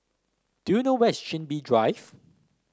do you know where is Chin Bee Drive